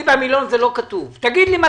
תגיד לי,